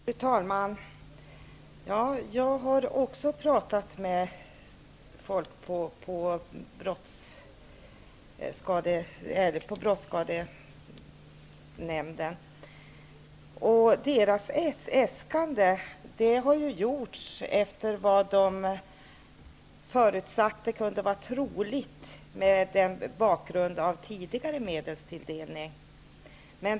Fru talman! Jag har också talat med folk på brottskadenämnden. Äskandet har gjorts i enlighet med vad de förutsatte kunde vara troligt mot bakgrund av tidigare medelstilldelning.